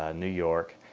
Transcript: ah new york,